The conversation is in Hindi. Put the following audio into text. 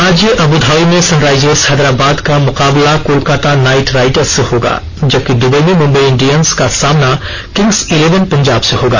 आज अब्धाबी में सनराइजर्स हैदराबाद का मुकाबला कोलकाता नाइटराइडर्स से होगा जबकि दुबई में मुंबई इंडियंस का सामना किंग्स इलेवन पंजाब से होगा